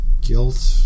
Guilt